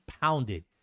pounded